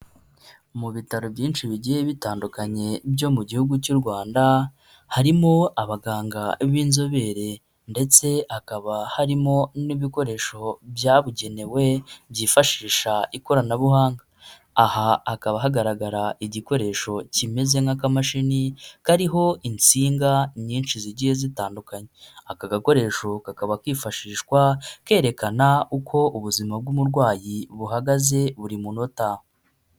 Mu bitaro byinshi bigiye bitandukanye byo mu gihugu cy'u Rwanda, harimo abaganga b'inzobere ndetse hakaba harimo n'ibikoresho byabugenewe byifashisha ikoranabuhanga, aha hakaba hagaragara igikoresho kimeze nk'akamashini, kariho insinga nyinshi zigiye zitandukanye, aka gakoresho kakaba kifashishwa kerekana uko ubuzima bw'umurwayi buhagaze buri munota.